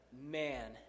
man